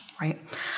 Right